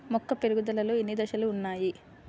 మొక్క పెరుగుదలలో ఎన్ని దశలు వున్నాయి?